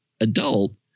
adult